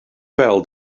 fel